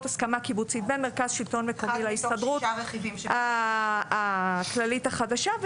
הסכמה קיבוצית בין מרכז שלטון מקומי להסתדרות הכללית החדשה,